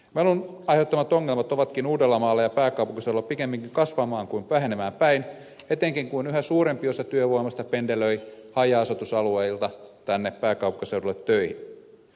melun aiheuttamat ongelmat ovatkin uudellamaalla ja pääkaupunkiseudulla pikemminkin kasvamaan kuin vähenemään päin etenkin kun yhä suurempi osa työvoimasta pendelöi haja asutusalueilta tänne pääkaupunkiseudulle töihin